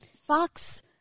Fox